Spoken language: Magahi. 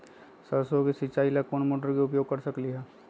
सरसों के सिचाई ला कोंन मोटर के उपयोग कर सकली ह?